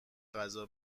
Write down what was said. غذا